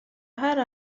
hari